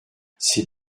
c’est